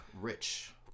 Rich